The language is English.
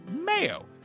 mayo